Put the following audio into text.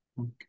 Okay